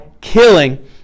killing